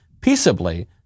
peaceably